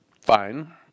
Fine